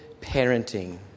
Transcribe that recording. parenting